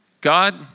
God